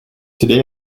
today